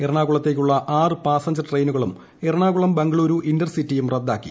എറണാകുളത്തേയ്ക്കുള്ള ആറ് പാസഞ്ചർ ട്രെയിനുകളും എറണാകുളം ബംഗളൂരു ഇന്റർസിറ്റിയും റദ്ദാക്കി